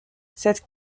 cette